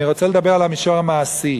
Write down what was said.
אני רוצה לדבר על המישור המעשי.